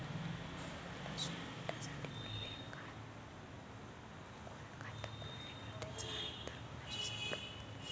Scholarship भेटासाठी मले खात खोलने गरजेचे हाय तर कुणाशी संपर्क करा लागन?